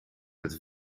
het